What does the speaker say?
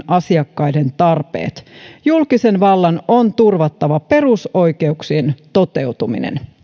asiakkaiden tarpeet julkisen vallan on turvattava perusoikeuksien toteutuminen